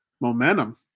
momentum